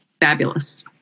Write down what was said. Fabulous